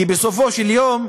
כי בסופו של יום,